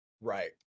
Right